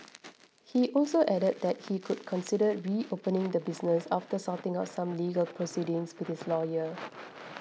he also added that he could consider reopening the business after sorting out some legal proceedings with his lawyer